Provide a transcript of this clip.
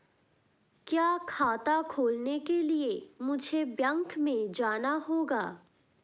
क्या खाता खोलने के लिए मुझे बैंक में जाना होगा?